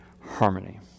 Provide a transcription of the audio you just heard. harmony